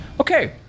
Okay